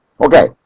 Okay